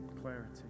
Clarity